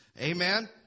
Amen